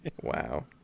Wow